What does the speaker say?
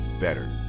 better